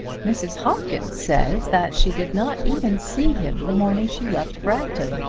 mrs. hopkins says that she did not even see him the morning she left bragton.